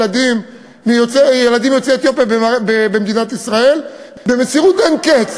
ילדים יוצאי אתיופיה במדינת ישראל במסירות אין קץ.